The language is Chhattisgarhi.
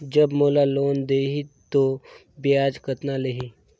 जब मोला लोन देही तो ब्याज कतना लेही?